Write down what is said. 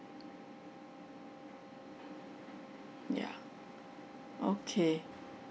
ya okay